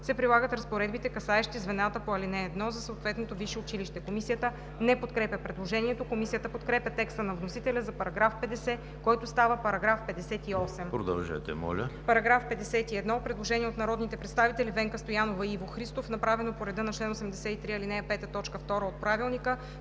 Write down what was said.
се прилагат разпоредбите, касаещи звената по ал. 1 за съответното висше училище.“ Комисията не подкрепя предложението. Комисията подкрепя текста на вносителя за § 50, който става §58. По § 51 има предложение от народните представители Венка Стоянова и Иво Христов, направено по реда на чл. 83, ал. 5, т. 2 от Правилника.